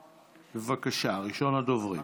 בבקשה, ראשון הדוברים.